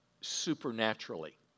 supernaturally